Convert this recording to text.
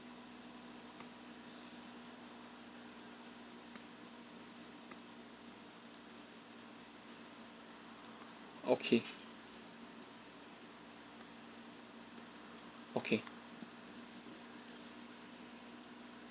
okay okay